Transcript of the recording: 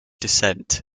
descent